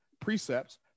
precepts